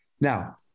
Now